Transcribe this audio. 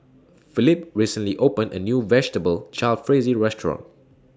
Felipe recently opened A New Vegetable Jalfrezi Restaurant